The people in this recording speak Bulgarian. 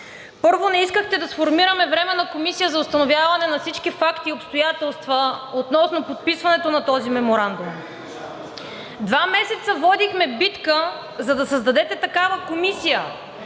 Първо не искахте да сформираме Временна комисия за установяване на всички факти и обстоятелства относно подписването на този меморандум. Два месеца водихме битка, за да създадете такава комисия.